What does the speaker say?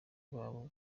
babo